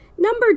Number